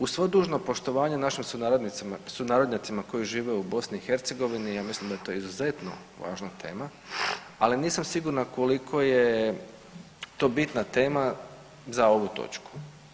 Uz svo dužno poštovanje našim sunarodnjacima koji žive u BiH, ja mislim da je to izuzetno važna tema ali nisam siguran koliko je to bitna tema za ovu točku.